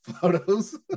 photos